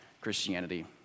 Christianity